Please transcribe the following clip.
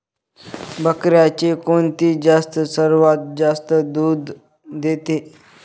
बकऱ्यांची कोणती जात सर्वात जास्त दूध देते?